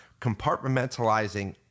compartmentalizing